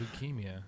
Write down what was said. leukemia